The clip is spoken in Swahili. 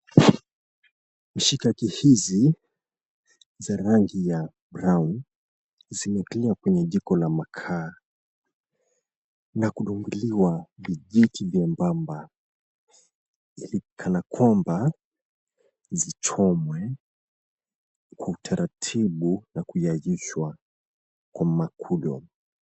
Mishikaki hizi za rangi ya brown zimetiwa kwenye jiko la makaa na kudungiliwa vijiti vyembamba kanakwamba zichomwe kwa utaratibu na kuyayushwa kwa makudo.